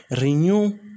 Renew